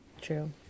True